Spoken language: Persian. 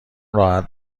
راحت